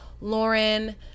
lauren